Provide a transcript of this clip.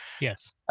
Yes